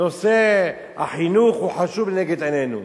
נושא החינוך הוא חשוב, עומד לנגד עינינו,